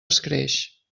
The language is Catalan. escreix